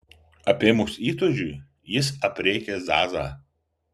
apėmus įtūžiui jis aprėkė zazą